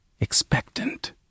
expectant